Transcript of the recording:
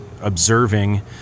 observing